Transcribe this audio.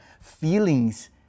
feelings